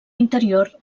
interior